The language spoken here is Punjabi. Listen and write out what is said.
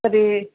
ਘਰ